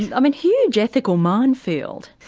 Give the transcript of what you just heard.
and um and huge ethical minefield.